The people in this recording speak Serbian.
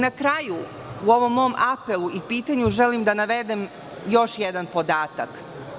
Na kraju, u ovom mom apelu i pitanju, želim da navedem još jedan podatak.